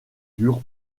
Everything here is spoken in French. dure